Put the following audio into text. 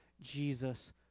Jesus